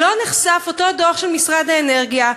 לא נחשף אותו דוח של משרד האנרגיה,